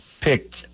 picked